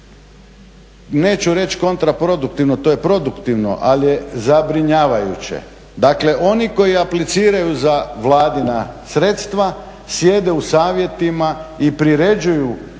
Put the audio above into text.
neću reći kontraproduktivno, to je produktivno, ali je zabrinjavajuće. Dakle, oni koji apliciraju za Vladina sredstva sjede u savjetima i priređuju sve